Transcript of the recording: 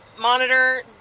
monitor